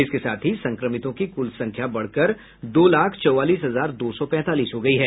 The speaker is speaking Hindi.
इसके साथ ही संक्रमितों की कुल संख्या बढ़कर दो लाख चौवालीस हजार दो सौ पैंतालीस हो गयी है